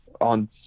on